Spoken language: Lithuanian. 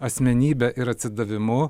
asmenybe ir atsidavimu